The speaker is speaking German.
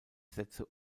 sätze